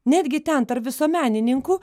netgi ten tarp visuomenininkų